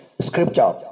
Scripture